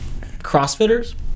Crossfitters